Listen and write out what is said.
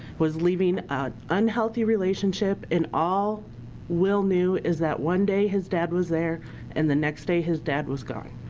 was leaving an ah unhealthy relationship and all will knew is that one day his dad was there and the next day his dad was gone.